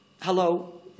Hello